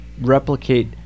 replicate